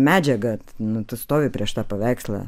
medžiaga nu tu stovi prieš tą paveikslą